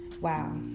Wow